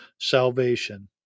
salvation